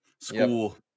School